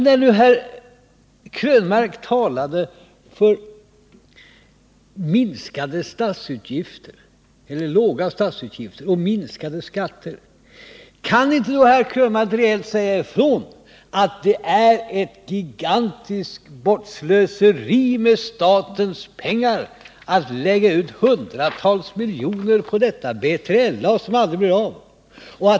När nu herr Krönmark talar för låga statsutgifter och minskade skatter — kan då inte herr Krönmark rejält säga ifrån att det är ett gigantiskt slöseri med statspengar att lägga ut hundratals miljoner på flygplanet BILA, som aldrig kommer att bli av.